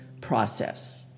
process